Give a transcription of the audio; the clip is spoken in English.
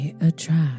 attract